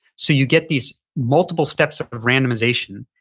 so you get these multiple steps of randomization,